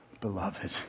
beloved